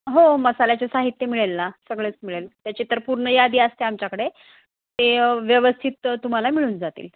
हो मसाल्याचे साहित्य मिळेल ना सगळेच मिळेल त्याचे तर पूर्ण यादी असते आमच्याकडे ते व्यवस्थित तुम्हाला मिळून जातील